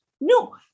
No